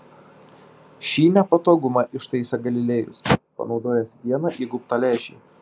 šį nepatogumą ištaisė galilėjus panaudojęs vieną įgaubtą lęšį